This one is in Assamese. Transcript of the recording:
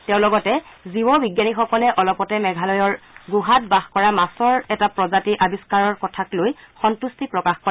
তেওঁ লগতে জীৱ বিজ্ঞানীসকলে অলপতে মেঘালয়ৰ গুহাত বাস কৰা মাছৰ এটা প্ৰজাতি আৱিষ্ণাৰৰ কথাক লৈ সম্ভট্টি প্ৰকাশ কৰে